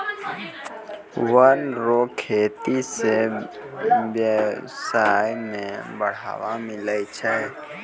वन रो खेती से व्यबसाय में बढ़ावा मिलै छै